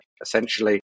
essentially